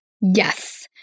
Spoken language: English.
Yes